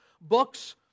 books